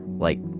like,